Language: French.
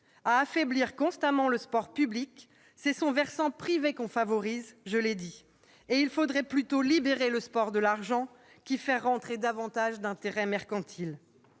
À affaiblir constamment le sport public, c'est son versant privé que l'on favorise, comme je l'ai déjà dit. Il vaudrait mieux libérer le sport de l'argent plutôt que d'y faire entrer davantage d'intérêts mercantiles.